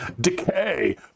Decay